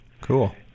Cool